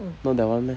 not that one meh